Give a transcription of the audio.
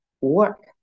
work